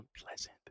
unpleasant